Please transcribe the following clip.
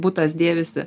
butas dėvisi